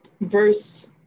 verse